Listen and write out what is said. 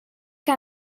que